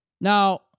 Now